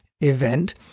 event